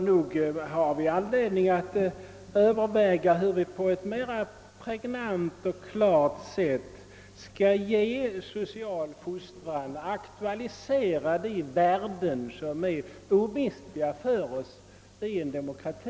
Nog har vi anledning överväga hur vi på ett mera pregnant och klart sätt skall ge social fostran och aktualisera de värden som är omistliga för oss i en demokrati.